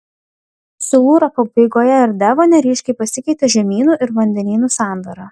silūro pabaigoje ir devone ryškiai pasikeitė žemynų ir vandenynų sandara